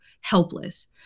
helpless